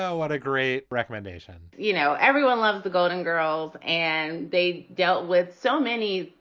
yeah what a great recommendation you know, everyone loved the golden girls and they dealt with so many,